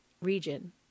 region